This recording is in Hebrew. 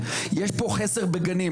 יש פה חסר בגנים,